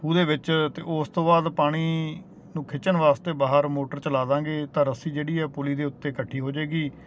ਖੂਹ ਦੇ ਵਿੱਚ ਤਾਂ ਉਸ ਤੋਂ ਬਾਅਦ ਪਾਣੀ ਨੂੰ ਖਿੱਚਣ ਵਾਸਤੇ ਬਾਹਰ ਮੋਟਰ ਚਲਾ ਦਵਾਂਗੇ ਤਾਂ ਰੱਸੀ ਜਿਹੜੀ ਹੈ ਪੁਲੀ ਦੇ ਉੱਤੇ ਇਕੱਠੀ ਹੋ ਜਾਏਗੀ